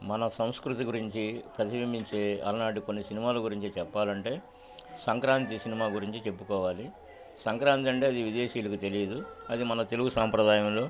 మన సంస్కృతి గురించి ప్రతిబింబించే అలనాటి కొన్ని సినిమాాల గురించి చెప్పాలంటే సంక్రాంతి సినిమా గురించి చెప్పుకోవాలి సంక్రాంతి అంటే అది విదేశీయులకు తెలిలీదుఅది మన తెలుగు సాంప్రదాయంలో